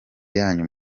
yanyu